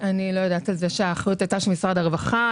לא ידעתי שהאחריות הייתה של משרד הרווחה.